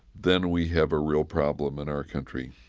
then we have a real problem in our country